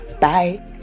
Bye